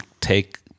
take